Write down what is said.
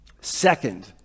Second